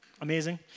amazing